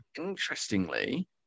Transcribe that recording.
interestingly